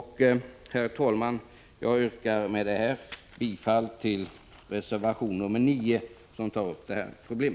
Herr talman! Jag yrkar med det anförda bifall till reservation 9, som tar upp detta problem.